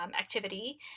activity